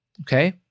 Okay